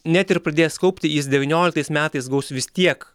net ir pradėjęs kaupti jis devynioliktais metais gaus vis tiek